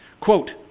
Quote